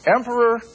Emperor